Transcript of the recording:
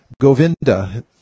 Govinda